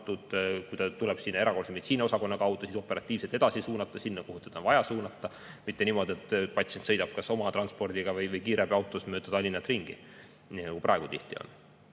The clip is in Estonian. kui ta tuleb sinna erakorralise meditsiini osakonna kaudu, siis operatiivselt edasi suunata sinna, kuhu teda on vaja suunata, mitte niimoodi, et patsient sõidab kas oma transpordiga või kiirabiautos mööda Tallinna ringi, nagu praegu tihti on.